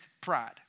pride